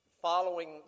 following